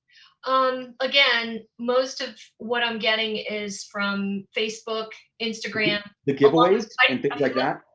um again, most of what i'm getting is from facebook, instagram the giveaways like and things like that?